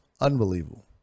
Unbelievable